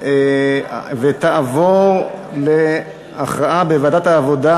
ותעבור לוועדת העבודה,